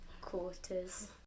quarters